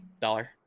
dollar